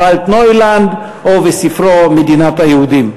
"אלטנוילד" ובספרו "מדינת היהודים".